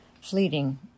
fleeting